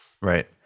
Right